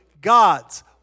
God's